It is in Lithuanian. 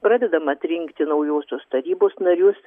pradedama atrinkti naujosios tarybos narius